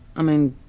i mean,